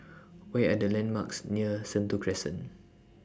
What Are The landmarks near Sentul Crescent